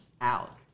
out